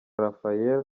raphael